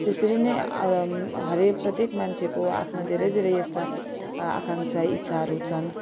त्यसरी नै हरेक प्रत्येक मान्छेको आफ्ना धेरै धेरै यस्ता आकाङ्क्षा इच्छाहरू छन्